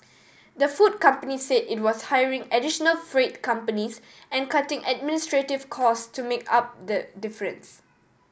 the food company said it was hiring additional freight companies and cutting administrative cost to make up the difference